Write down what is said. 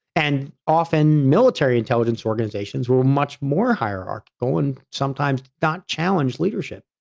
and often, military intelligence organizations were much more hierarchical and sometimes got challenged leadership.